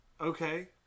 Okay